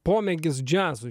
pomėgis džiazui